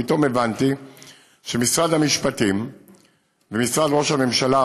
פתאום הבנתי שמשרד המשפטים ומשרד ראש הממשלה,